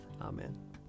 Amen